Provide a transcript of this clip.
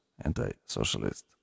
anti-socialist